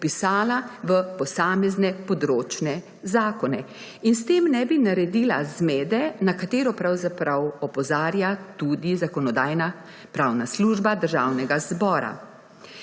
v posamezne področne zakone. S tem ne bi naredila zmede, na katero pravzaprav opozarja tudi Zakonodajno-pravna služba Državnega zbora.